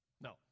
No